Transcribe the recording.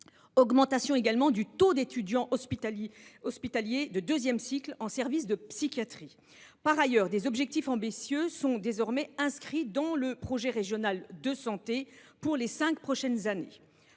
l’augmentation du taux d’étudiants hospitaliers de deuxième cycle en service de psychiatrie. Par ailleurs, des objectifs ambitieux sont désormais inscrits dans le projet régional de santé pour les cinq prochaines années